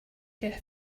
you